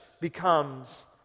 becomes